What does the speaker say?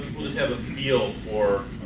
just have a feel for